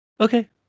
Okay